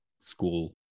school